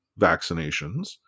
vaccinations